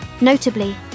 Notably